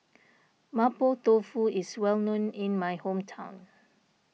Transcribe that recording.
Mapo Tofu is well known in my hometown